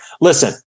Listen